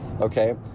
Okay